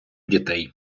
дітей